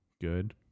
good